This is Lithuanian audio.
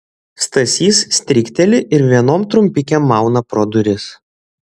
stasys strikteli ir vienom trumpikėm mauna pro duris